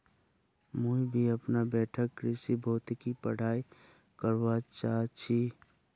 मुई भी अपना बैठक कृषि भौतिकी पढ़ाई करवा चा छी